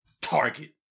target